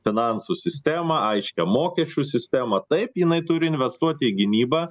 finansų sistemą aiškią mokesčių sistemą taip jinai turi investuoti į gynybą